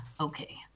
Okay